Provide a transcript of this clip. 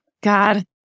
God